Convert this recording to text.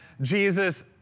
Jesus